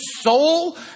soul